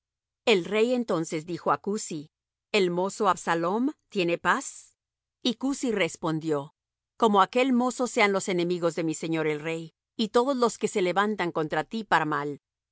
el rey entonces dijo á cusi el mozo absalom tiene paz y cusi respondió como aquel mozo sean los enemigos de mi señor el rey y todos los que se levantan contra ti para mal